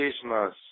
Christmas